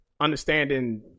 understanding